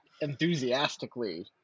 enthusiastically